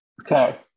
Okay